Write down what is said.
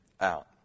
out